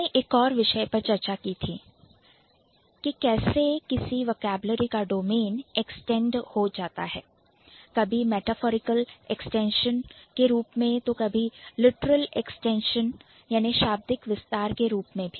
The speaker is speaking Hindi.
हमने एक और विषय पर चर्चा की थी कि कैसे किसी Vocabulary वोकैबलरी का Domain डोमेन extend एक्सटेंड विस्तारित हो जाता है कभी metaphorical extension मेटाफोरिकल एक्सटेंशन रूपक विस्तार के रूप में तो कभी literal extension लिटरल एक्सटेंशन शाब्दिक विस्तार के रूप में भी